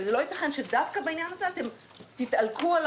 לא ייתכן שדווקא בעניין הזה תתעלקו על